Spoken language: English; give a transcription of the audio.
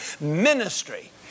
Ministry